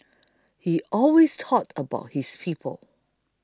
he always thought about his people